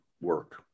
work